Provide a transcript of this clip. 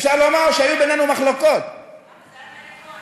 אפשר לומר שהיו בינינו מחלוקות, זה היה אלי כהן.